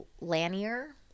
lanier